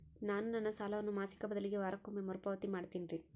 ನಾನು ನನ್ನ ಸಾಲವನ್ನು ಮಾಸಿಕ ಬದಲಿಗೆ ವಾರಕ್ಕೊಮ್ಮೆ ಮರುಪಾವತಿ ಮಾಡ್ತಿನ್ರಿ